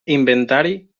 inventari